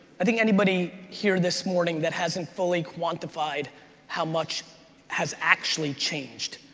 i think anybody here this morning that hasn't fully quantified how much has actually changed,